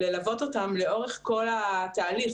ללוות אותם לאורך כל התהליך,